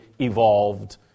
evolved